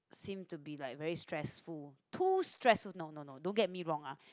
seemed to be like very stressful too stress no no no don't get me wrong ah